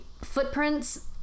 footprints